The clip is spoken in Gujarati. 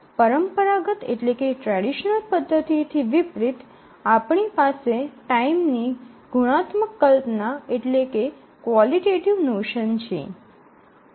પરંપરાગત પદ્ધતિથી વિપરીત આપણી પાસે ટાઇમની ગુણાત્મક કલ્પના છે